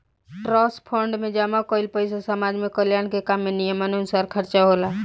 trust fund में जमा कईल पइसा समाज कल्याण के काम में नियमानुसार खर्चा होला